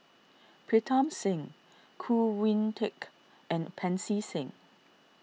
Pritam Singh Khoo Oon Teik and Pancy Seng